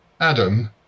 Adam